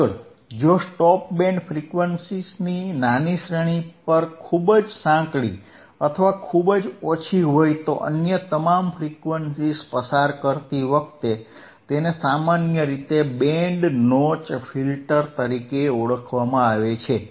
આગળ જો stop band ફ્રીક્વન્સીઝની નાની શ્રેણી પર ખૂબ જ સાંકડી અથવા ખૂબ જ ઓછી હોય તો અન્ય તમામ ફ્રીક્વન્સીઝ પસાર કરતી વખતે તેને સામાન્ય રીતે બેન્ડ નોચ ફિલ્ટર તરીકે ઓળખવામાં આવે છે